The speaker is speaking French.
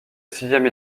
sixième